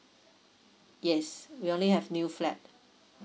yes we only have new flat